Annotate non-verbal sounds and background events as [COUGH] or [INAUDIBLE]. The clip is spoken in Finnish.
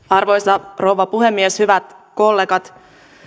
[UNINTELLIGIBLE] arvoisa rouva puhemies hyvät kollegat